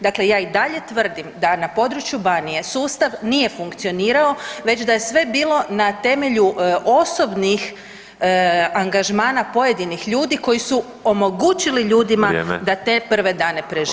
Dakle, ja i dalje tvrdim da na području Banije sustav nije funkcionirao već da je sve bilo na temelju osobnih angažmana pojedinih ljudi koji su omogućili ljudima da te prve dane prežive.